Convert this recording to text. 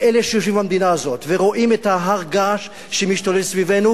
לאלה שיושבים במדינה הזאת ורואים את הר הגעש שמשתולל סביבנו,